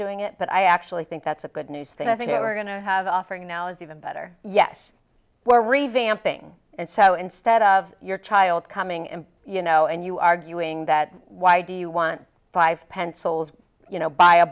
doing it but i actually think that's a good news thing i think you're going to have offering now is even better yes we're revamping it so instead of your child coming in you know and you arguing that why do you want five pencils you know buy a